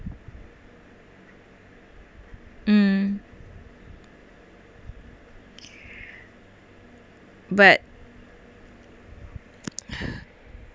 uh but